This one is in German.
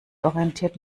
orientiert